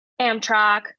Amtrak